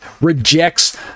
rejects